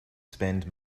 spend